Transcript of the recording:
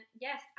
Yes